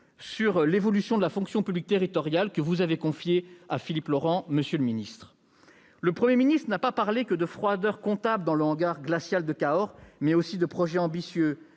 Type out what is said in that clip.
sur l'évolution de la fonction publique territoriale que vous aviez confiée, monsieur le secrétaire d'État, à Philippe Laurent. Le Premier ministre n'a pas parlé que de froideur comptable dans le hangar glacial de Cahors, mais aussi de projets ambitieux